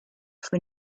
for